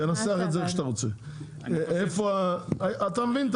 תנסח את זה איך שאתה רוצה אתה מבין את